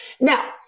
Now